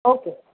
okay